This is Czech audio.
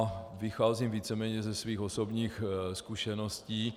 A vycházím víceméně ze svých osobních zkušeností.